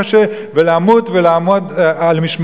מגביר לגביר,